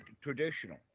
Traditional